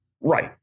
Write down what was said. Right